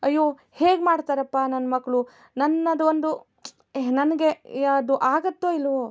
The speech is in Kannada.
ಅಯ್ಯೋ ಹೇಗೆ ಮಾಡ್ತಾರಪ್ಪ ನನ್ನ ಮಕ್ಕಳು ನನ್ನದೊಂದು ನನಗೆ ಅದು ಆಗುತ್ತೋ ಇಲ್ಲವೋ